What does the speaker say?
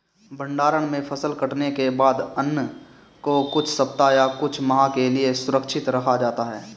भण्डारण में फसल कटने के बाद अन्न को कुछ सप्ताह या कुछ माह के लिये सुरक्षित रखा जाता है